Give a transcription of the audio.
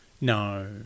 No